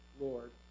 Lord